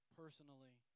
personally